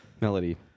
Melody